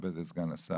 לכבד את סגן השר,